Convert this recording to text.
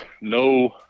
no